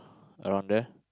around there